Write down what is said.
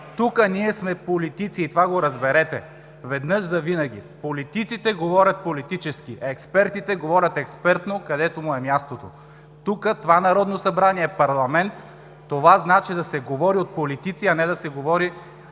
тук ние сме политици и това го разберете веднъж завинаги. Политиците говорят политически, а експертите говорят експертно, където му е мястото. Тук, това Народно събрание, е парламент. Това значи да се говори от политици, а не да се говори